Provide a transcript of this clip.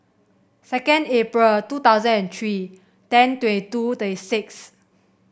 second April two thousand and three ten twenty two twenty six